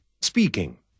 Speaking